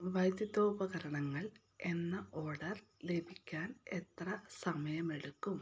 വൈദ്യുതോപകരണങ്ങൾ എന്ന ഓർഡർ ലഭിക്കാൻ എത്ര സമയമെടുക്കും